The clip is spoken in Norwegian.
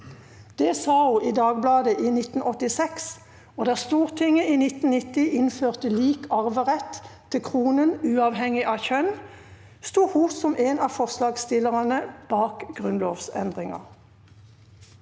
Det sa hun i Dagbladet i 1986, og da Stortinget i 1990 innførte lik arverett til Kronen uavhengig av kjønn, sto hun som en av forslagsstillerne bak grunnlovsendringen.